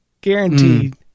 Guaranteed